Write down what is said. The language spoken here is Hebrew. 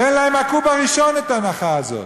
תן להם מהקוב הראשון את ההנחה הזאת.